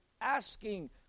asking